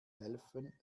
helfen